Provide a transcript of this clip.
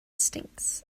stinks